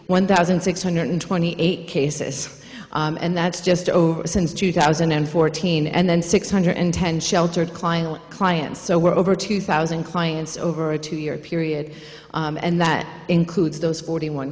one thousand six hundred twenty eight cases and that's just over since two thousand and fourteen and then six hundred ten sheltered client clients so we're over two thousand clients over a two year period and that includes those forty one